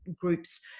groups